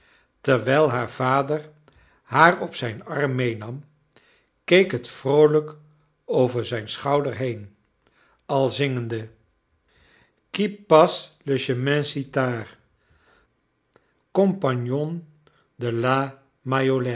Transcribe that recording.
terwijl baar vader haar op zijn arm ineenam keek het vroolijk over zijn schouder heen al zingende qui passe le chemin si tard compagnon